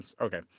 Okay